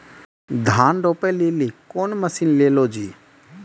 धान रोपे लिली कौन मसीन ले लो जी?